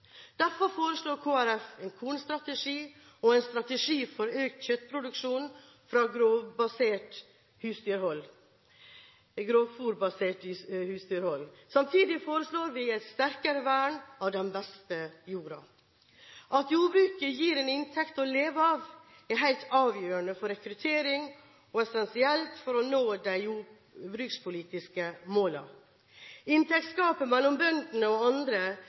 økt kjøttproduksjon fra grovfôrbasert husdyrhold. Samtidig foreslår vi et sterkere vern av den beste jorda. At jordbruket gir en inntekt å leve av, er helt avgjørende for rekruttering og essensielt for å nå de jordbrukspolitiske målene. Inntektsgapet mellom bøndene og andre